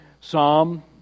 Psalm